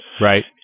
Right